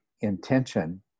intention